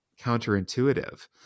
counterintuitive